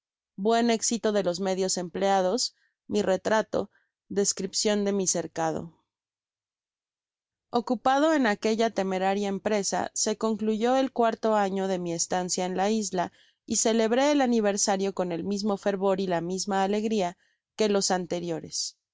buen exito de los medios empleados mi retrato descripcion de mi cercado ocupado en aquella temeraria empresa se concluyó el cuarto afta de mi estancia en la isla y celebró el aniversario con el mismo fervor y la misma alegria que los anteriores